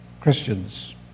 Christians